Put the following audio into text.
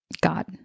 God